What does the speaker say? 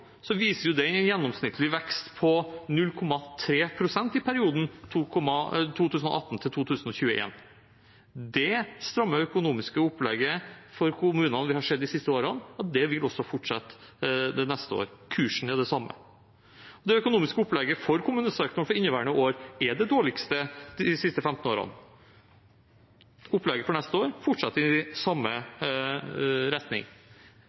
viser de en gjennomsnittlig vekst på 0,3 pst. i perioden 2018–2021. Det stramme økonomiske opplegget for kommunene vi har sett de siste årene, vil også fortsette det neste året. Kursen er den samme. Det økonomiske opplegget for kommunesektoren for inneværende år er det dårligste de siste 15 årene. Opplegget for neste år fortsetter i samme retning.